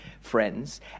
friends